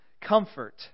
Comfort